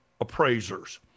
appraisers